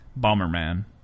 Bomberman